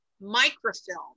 microfilm